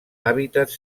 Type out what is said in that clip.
hàbitats